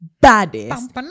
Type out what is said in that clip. baddest